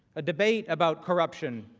a debate about corruption.